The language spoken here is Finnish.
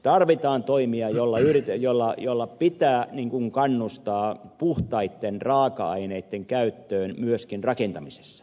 tarvitaan toimia joilla pitää kannustaa puhtaitten raaka aineitten käyttöön myöskin rakentamisessa